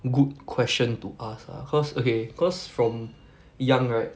good question to ask ah cause okay cause from young right